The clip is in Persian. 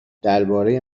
درباره